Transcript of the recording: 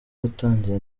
kutagira